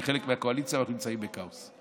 אני חלק מהקואליציה ואנחנו נמצאים בכאוס: